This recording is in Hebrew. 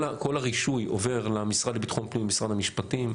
כל הרישוי עובר למשרד לביטחון פנים, משרד המשפטים.